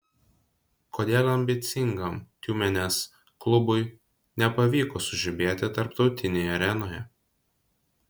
kodėl ambicingam tiumenės klubui nepavyko sužibėti tarptautinėje arenoje